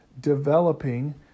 developing